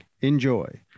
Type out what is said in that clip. Enjoy